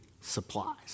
supplies